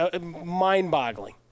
mind-boggling